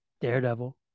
Daredevil